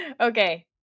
Okay